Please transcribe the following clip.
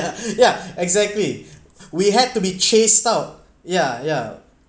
yeah exactly we had to be chased out yeah yeah